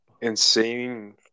insane